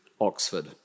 Oxford